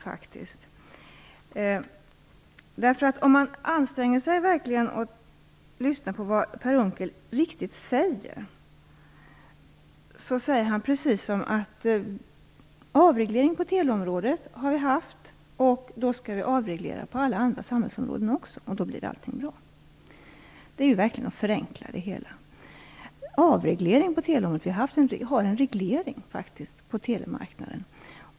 Om man verkligen anstränger sig för att lyssna till vad Per Unckel säger kommer man fram till följande: Vi har haft en avreglering på teleområdet, och vi skall avreglera också på alla andra samhällsområden - då blir allting bra. Det är verkligen att förenkla det hela. Med anledning av talet om avreglering på teleområdet vill jag säga att vi faktiskt har en reglering på telemarknaden.